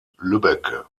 lübbecke